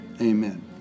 amen